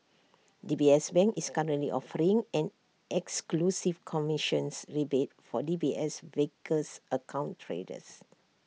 D B S bank is currently offering an exclusive commissions rebate for D B S Vickers account traders